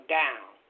down